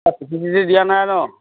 এই চিঠি তিঠি দিয়া নাই ন